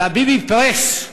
וה"ביבי-פרס"